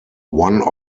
one